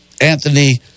Anthony